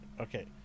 okay